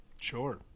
sure